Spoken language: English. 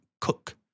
Cook